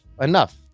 enough